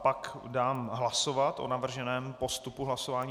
Pak dám hlasovat o navrženém postupu hlasování.